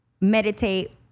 meditate